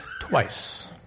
twice